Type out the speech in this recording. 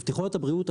מבטיחות את הבריאות,